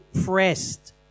pressed